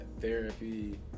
therapy